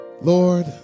Lord